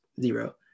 zero